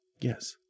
Yes